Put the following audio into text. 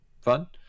fun